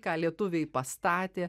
ką lietuviai pastatė